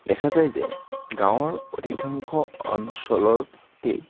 দেখা যায় যে গাঁওৰ অধিকাংশ অঞ্চলতেই